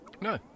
no